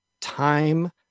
time